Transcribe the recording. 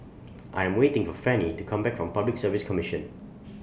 I Am waiting For Fannye to Come Back from Public Service Commission